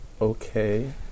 Okay